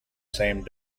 same